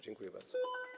Dziękuję bardzo.